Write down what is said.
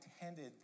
intended